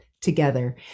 together